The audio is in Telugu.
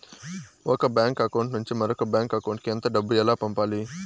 ఒక బ్యాంకు అకౌంట్ నుంచి మరొక బ్యాంకు అకౌంట్ కు ఎంత డబ్బు ఎలా పంపాలి